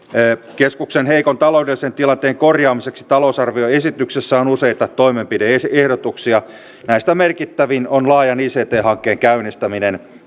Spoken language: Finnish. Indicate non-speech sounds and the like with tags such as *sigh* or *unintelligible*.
keskuksen heikon taloudellisen tilanteen korjaamiseksi talousarvioesityksessä on useita toimenpide ehdotuksia näistä merkittävin on laajan ict hankkeen käynnistäminen *unintelligible*